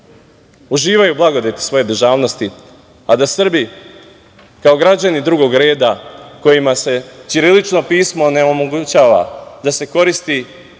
uživaju blagodeti svoje državnosti, a da Srbi, kao građani drugog reda, kojima se ćirilično pismo ne omogućava da se koristi